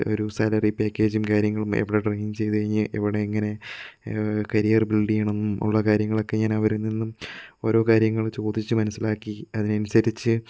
ഒരു സാലറി പാക്കേജും കാര്യങ്ങളും എവിടെ ട്രെയിനിങ് ചെയ്ത് കഴിഞ്ഞ് എവിടെ എങ്ങനെ കരിയർ ബിൽഡ് ചെയ്യണം ഉള്ള കാര്യങ്ങളൊക്കെ ഞാൻ അവരിൽ നിന്നും ഓരോ കാര്യങ്ങള് ചോദിച്ച് മനസ്സിലാക്കി അതിനനുസരിച്ച്